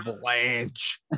Blanche